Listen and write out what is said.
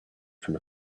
from